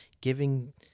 giving